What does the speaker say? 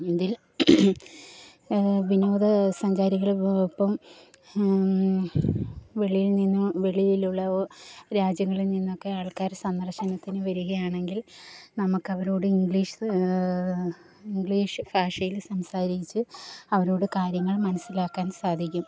ഇതിൽ വിനോദ സഞ്ചാരികൾക്കൊപ്പം വെളിയിൽ നിന്നും വെളിയിലുള്ള രാജ്യങ്ങളിൽനിന്നൊക്കെ ആൾക്കാര് സന്ദർശനത്തിന് വരികയാണെങ്കിൽ നമുക്കവരോട് ഇങ്ക്ളീഷ് ഇങ്ക്ളീഷ് ഭാഷയിൽ സംസാരിച്ച് അവരോട് കാര്യങ്ങൾ മനസ്സിലാക്കാൻ സാധിക്കും